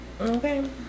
okay